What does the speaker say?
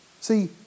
See